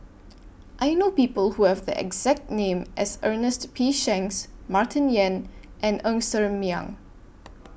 I know People Who Have The exact name as Ernest P Shanks Martin Yan and Ng Ser Miang